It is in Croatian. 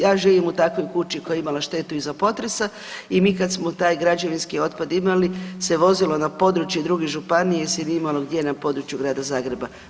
Ja živim u takvoj kući koja je imala štetu iza potresa i mi kad smo taj građevinski otpad imali se vozilo na područje drugih županija jel se nije imalo gdje na području Grada Zagreba.